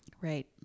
Right